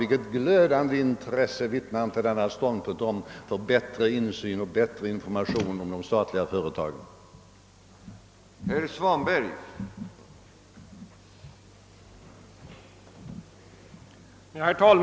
Vilket glödande intresse för bättre insyn i och bättre information om de statliga företagen vittnar inte denna ståndpunkt om!